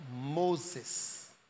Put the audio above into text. Moses